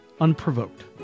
unprovoked